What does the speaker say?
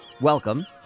Welcome